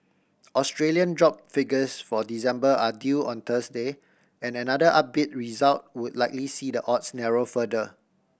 Australian job figures for December are due on Thursday and another upbeat result would likely see the odds narrow further